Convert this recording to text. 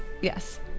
yes